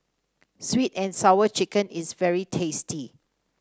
sweet and Sour Chicken is very tasty